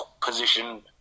position